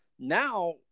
Now